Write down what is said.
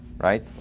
Right